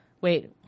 wait